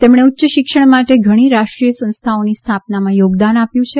તેમણે ઉચ્ય શિક્ષણ માટે ઘણી રાષ્ટ્રીય સંસ્થાઓની સ્થાપનામાં યોગદાન આપ્યું છે